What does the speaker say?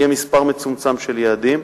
יהיה מספר מצומצם של יעדים,